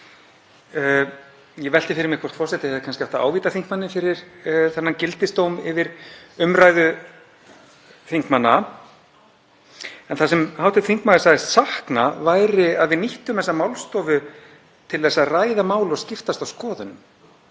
Ég velti fyrir mér hvort forseti hefði kannski átt að ávíta þingmanninn fyrir þennan gildisdóm yfir umræðu þingmanna. En það sem hv. þingmaður sagðist sakna var að við nýttum þessa málstofu til að ræða mál og skiptast á skoðunum.